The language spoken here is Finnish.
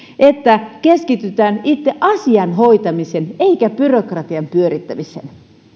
että keskitytään itse asian hoitamiseen eikä byrokratian pyörittämiseen